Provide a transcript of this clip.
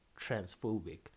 transphobic